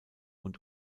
und